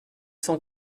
cent